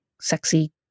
sexy